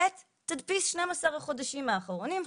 תדפיס שניים עשר החודשים האחרונים.